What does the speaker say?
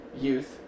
youth